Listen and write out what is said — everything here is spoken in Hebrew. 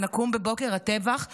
ונקום בבוקר הטבח לבופה,